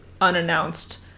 unannounced